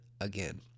again